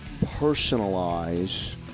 personalize